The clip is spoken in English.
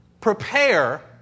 Prepare